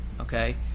okay